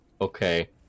Okay